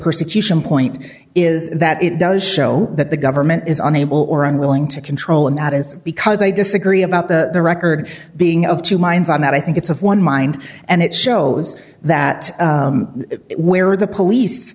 persecution point is that it does show that the government is unable or unwilling to control and that is because i disagree about the record being of two minds on that i think it's of one mind and it shows that where the police